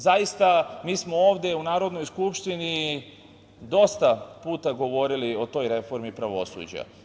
Zaista smo ovde u Narodnoj skupštini dosta puta govorili o toj reformi pravosuđa.